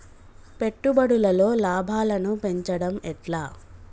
పెట్టుబడులలో లాభాలను పెంచడం ఎట్లా?